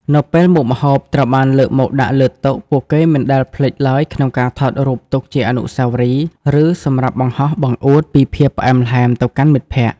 នៅពេលមុខម្ហូបត្រូវបានលើកមកដាក់លើតុ ពួកគេមិនដែលភ្លេចឡើយក្នុងការថតរូបទុកជាអនុស្សាវរីយ៍ ឬសម្រាប់បង្ហោះបង្អួតពីភាពផ្អែមល្ហែមទៅកាន់មិត្តភក្តិ។